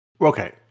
Okay